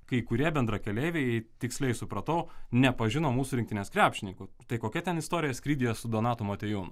kai kurie bendrakeleiviai tiksliai supratau nepažino mūsų rinktinės krepšininkų tai kokia ten istorija skrydyje su donatu motiejūnu